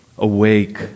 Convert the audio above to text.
Awake